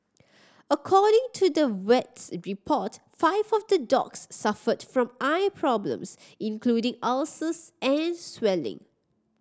according to the vet's report five of the dogs suffered from eye problems including ulcers and swelling